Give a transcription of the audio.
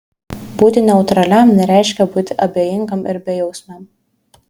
būti neutraliam nereiškia būti abejingam ir bejausmiam